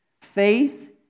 Faith